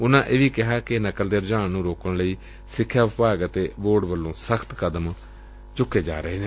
ਉਨ੍ਪਾ ਕਿਹਾ ਕਿ ਨਕਲ ਦੇ ਰੂਝਾਨ ਨੂੰ ਰੋਕਣ ਲਈ ਸਿਖਿਆ ਵਿਭਾਗ ਅਤੇ ਬੋਰਡ ਵੱਲੋ' ਸਖ਼ਤ ਕਦਮ ਚੁੱਕੇ ਗਏ ਨੇ